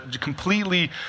completely